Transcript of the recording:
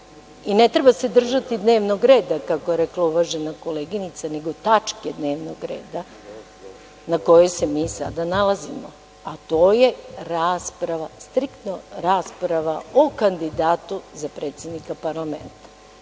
i ne treba se držati dnevnog reda kako je rekla uvažena koleginica, nego tačke dnevnog reda na kojoj se mi sada nalazimo, a to je rasprava, striktno rasprava o kandidatu za predsednika parlamenta. Iako